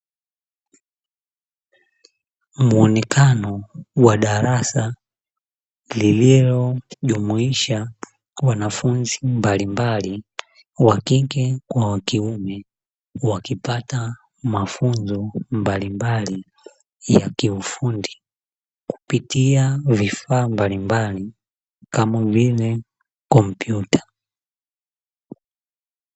Muonekano wa darasa lilojumuisha wanafunzi mbalimbali wakike kwa wa kiume wakipata mafunzo mbalimbali ya kiufundi, kupitia vifaa mbalimbali kama vile kompyuta.